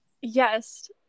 Yes